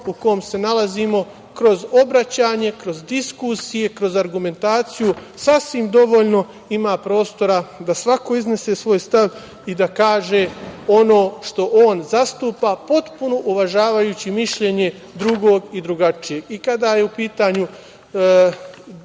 u kom se nalazimo, kroz obraćanje, kroz diskusije, kroz argumentaciju, sasvim dovoljno ima prostora da svako iznese svoj stav i da kaže ono što on zastupa, potpuno uvažavajući mišljenje drugog i drugačijeg, i kada je u pitanju